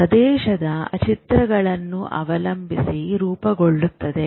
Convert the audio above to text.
ಪ್ರದೇಶದ ಚಿತ್ರಗಳನ್ನು ಅವಲಂಬಿಸಿ ರೂಪುಗೊಳ್ಳುತ್ತದೆ